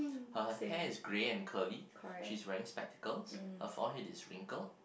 her hair is grey and curly she's wearing spectacles her forehead is wrinkled